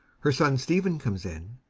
her son, stephen, comes in.